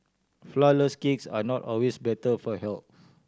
flourless cakes are not always better for health